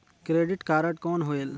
Credit card कौन होएल?